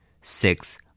six